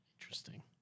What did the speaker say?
Interesting